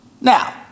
Now